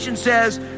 says